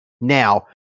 now